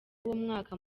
w’umwaka